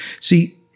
See